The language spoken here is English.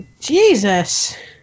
Jesus